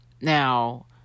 Now